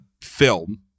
film